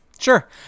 Sure